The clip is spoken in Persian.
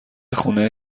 خونه